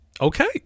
Okay